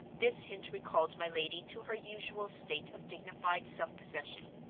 this hint recalled my lady to her usual state of dignified self-possession.